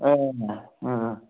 ए